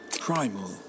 primal